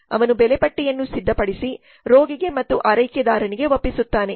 ಅವನು ಬೆಲೆಪಟ್ಟಿಯನ್ನು ಸಿದ್ಧಪಡಿಸಿ ರೋಗಿಗೆ ಮತ್ತು ಆರೈಕೆದಾರನಿಗೆ ಒಪ್ಪಿಸುತ್ತಾನೆ